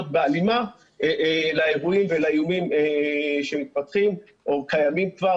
בהלימה לאיומים שמתפתחים או קיימים כבר.